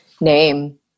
name